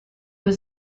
was